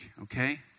okay